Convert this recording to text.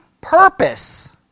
purpose